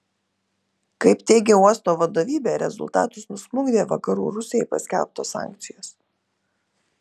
kaip teigia uosto vadovybė rezultatus nusmukdė vakarų rusijai paskelbtos sankcijos